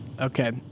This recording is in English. okay